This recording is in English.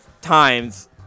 times